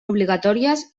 obligatòries